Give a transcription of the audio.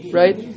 right